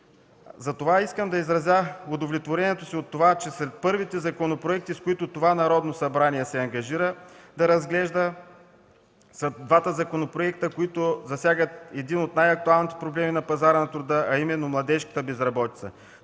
Затова искам да изразя удовлетворението си, че сред първите законопроекти, с които това Народно събрание се ангажира да разглежда, са двата законопроекта, които засягат един от най-актуалните проблеми на пазара на труда, а именно младежката безработица.